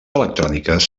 electròniques